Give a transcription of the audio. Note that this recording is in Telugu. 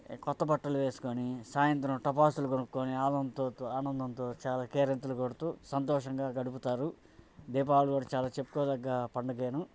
కొత్త బట్టలు వేసుకుని సాయంత్రం టపాసులు కొనుక్కొని ఆనందంతో చాలా కేరింతలు కొడుతు సంతోషంగా గడుపుతారు దీపావళి కూడా చాలా చెప్పుకోదగ పండుగ